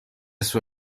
sue